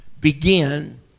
Begin